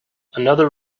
another